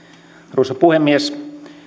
arvoisa puhemies